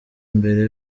imbere